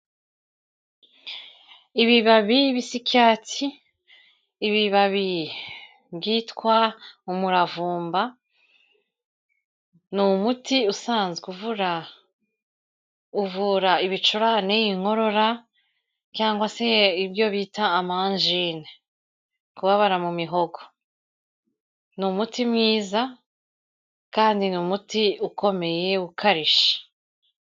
Ibibabi bisa icyatsi. Ibibabi byitwa umuravumba. Ni umuti usanzwe uvura ibicurane, inkorora cyangwa se ibyo bita ama anjine, kubabara mu mihogo. Ni umuti mwiza, kandi ni umuti ukomeye ukarishye.